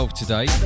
today